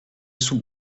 sous